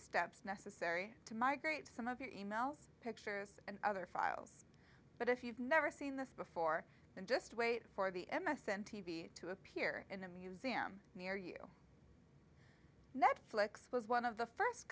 steps necessary to migrate some of your e mails pictures and other files but if you've never seen this before then just wait for the m s n t v to appear in a museum near you netflix was one of the first